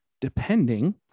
depending